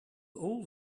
all